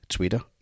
Twitter